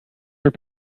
were